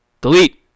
Delete